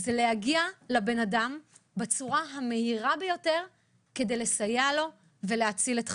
זה להגיע לבן אדם בצורה המהירה ביותר כדי לסייע לו ולהציל את חייו.